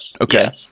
Okay